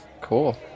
Cool